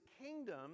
kingdom